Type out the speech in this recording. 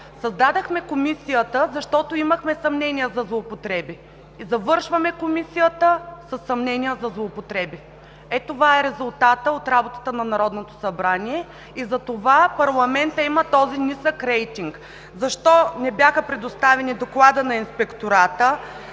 Създадохме Комисията, защото имахме съмнения за злоупотреби и завършваме Комисията със съмнения за злоупотреби. (Оживление.) Ето това е резултатът от работата на Народното събрание и заради това парламентът има този нисък рейтинг. Защо не беше предоставен Докладът на Инспектората?